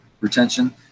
retention